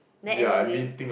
then anyway